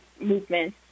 movement